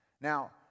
Now